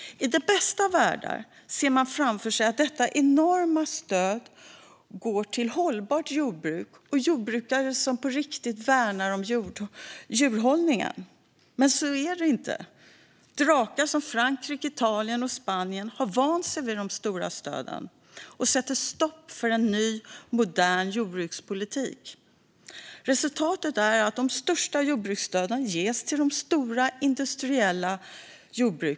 I den bästa av världar ser man framför sig att detta enorma stöd går till hållbart jordbruk och jordbrukare som på riktigt värnar om djurhållningen. Men så är det inte. Drakar som Frankrike, Italien och Spanien har vant sig vid de stora stöden och sätter stopp för en ny modern jordbrukspolitik. Resultatet är att de största jordbruksstöden ges till de stora industriella jordbruken.